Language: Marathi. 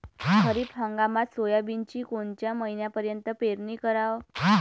खरीप हंगामात सोयाबीनची कोनच्या महिन्यापर्यंत पेरनी कराव?